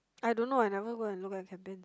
I don't know I never go and look at campaigns